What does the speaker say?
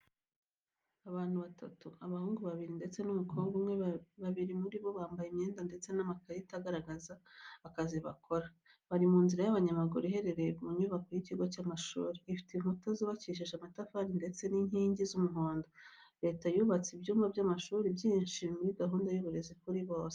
Abantu batatu, abahungu babiri ndetse n’umukobwa umwe, babiri muri bo bambaye imyenda ndetse n’amakarita agaragaza akazi bakora. Bari mu nzira y’abanyamaguru iherereye ku nyubako y'ikigo cy'amashuri, ifite inkuta zubakishije amatafari ndetse n’inkingi z’umuhondo. Leta yubatse ibyumba by'amashuri byinshi muri gahunda y’uburezi kuri bose.